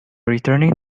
returning